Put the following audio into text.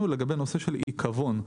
לגבי הנושא של עיכבון.